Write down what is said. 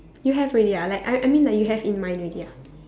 you have already ah like I I mean like you have in mind already ah